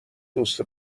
دوست